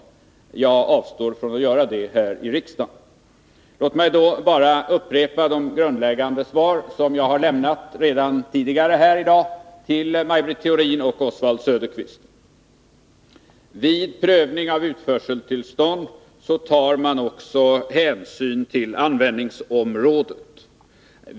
Jag avstår från att göra det här i riksdagen. Låt mig sedan upprepa vad jag sagt i det svar som jag tidigare i dag lämnat till Maj Britt Theorin och Oswald Söderqvist. Vid prövning av utförseltillstånd tar man också hänsyn till användningsområdet.